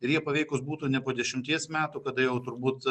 ir jie paveikūs būtų ne po dešimties metų kada jau turbūt